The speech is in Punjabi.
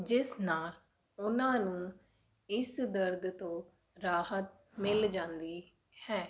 ਜਿਸ ਨਾਲ ਉਹਨਾਂ ਨੂੰ ਇਸ ਦਰਦ ਤੋਂ ਰਾਹਤ ਮਿਲ ਜਾਂਦੀ ਹੈ